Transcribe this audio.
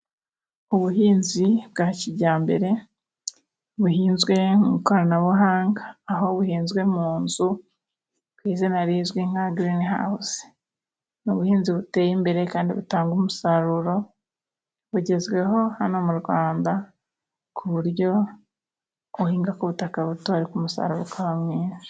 Ubuhinzi bwa kijyambere buhinzwe mu ikoranabuhanga, aho buhinzwe mu nzu ku izina rizwi nka girinihawuzi. Ni ubuhinzi buteye imbere kandi butanga umusaruro bugezweho hano mu Rwanda, ku buryo uhinga ku butaka buto ariko umusaruro ukaba mwinshi.